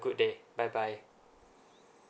good day bye bye